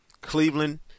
Cleveland